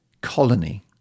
colony